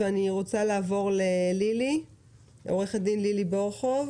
אני רוצה לעבור לעו"ד לילי בורוכוב